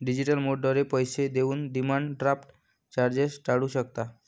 digital मोडद्वारे पैसे देऊन डिमांड ड्राफ्ट चार्जेस टाळू शकता